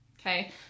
Okay